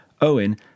Owen